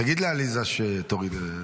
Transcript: תגיד לעליזה שתכבד.